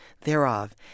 thereof